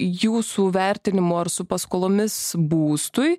jūsų vertinimu ar su paskolomis būstui